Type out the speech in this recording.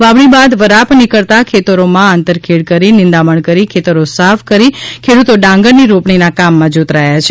વાવણી બાદ વરાપ નીકળતાં ખેતરોમાં આંતર ખેડ કરી નીંદામણ કરી ખેતરો સાફ કરી ખેડૂતો ડાંગર ની રોપણીના કામમાં જોતરાયા છે